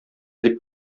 дип